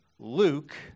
Luke